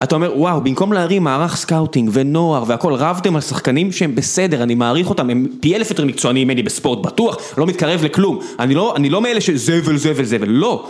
אתה אומר, וואו, במקום להרים מערך סקאוטינג, ונוער, והכול, רבתם על שחקנים שהם בסדר, אני מעריך אותם, הם פי אלף יותר מקצועניים ממני בספורט, בטוח, לא מתקרב לכלום, אני לא, אני לא מאלה של זבל, זבל, זבל, לא!